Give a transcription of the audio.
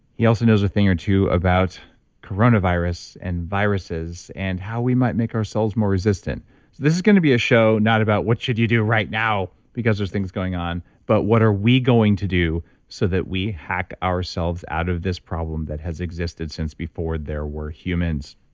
he also knows a thing or two about coronavirus and viruses and how we might make ourselves more resistant. so this is going to be a show not about what should you do right now, because there's things going on, but what are we going to do so that we hack ourselves out of this problem that has existed since before there were humans?